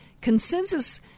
consensus